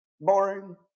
boring